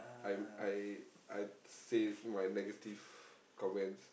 I I I say my negative comments